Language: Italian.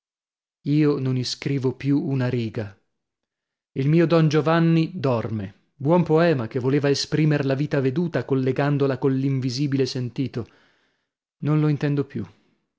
io non iscrivo più una riga il mio don giovanni dorme buon poema che voleva esprimer la vita veduta collegandola coll'invisibile sentito non lo intendo più